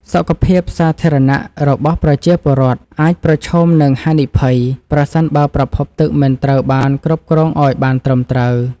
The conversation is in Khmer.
សុខភាពសាធារណៈរបស់ប្រជាពលរដ្ឋអាចប្រឈមនឹងហានិភ័យ ប្រសិនបើប្រភពទឹកមិនត្រូវបានគ្រប់គ្រងឱ្យបានត្រឹមត្រូវ។